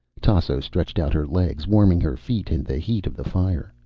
tasso stretched out her legs, warming her feet in the heat of the fire.